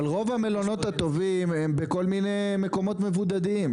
אבל רוב המלונות הטובים הם בכל מיני מקומות מבודדים.